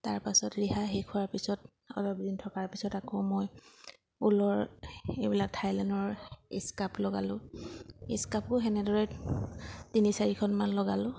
তাৰপাছত ৰিহা শেষ হোৱাৰ পিছত অলপ দিন থকাৰ পিছত আকৌ মই ঊলৰ এইবিলাক ঠাইলেণ্ডৰ ইস্কাপ লগালোঁ স্কাৰ্ফো সেনেদৰে তিনি চাৰিখনমান লগালোঁ